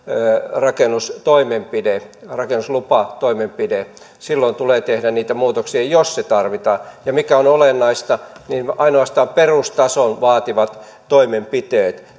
rakennuslupatoimenpide rakennuslupatoimenpide silloin tulee tehdä niitä muutoksia jos tarvitaan ja mikä on olennaista ainoastaan perustason vaativat toimenpiteet